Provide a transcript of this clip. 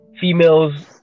females